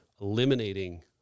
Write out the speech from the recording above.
eliminating